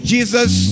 Jesus